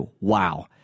Wow